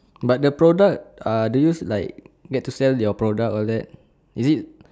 but the product uh do you use like get to sell your products all that is it